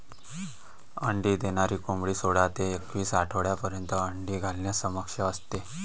अंडी देणारी कोंबडी सोळा ते एकवीस आठवड्यांपर्यंत अंडी घालण्यास सक्षम असते